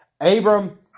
Abram